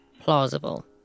plausible